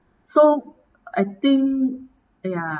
so I think ya